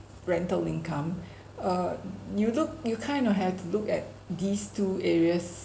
rental income uh you look you kind of have to look at these two areas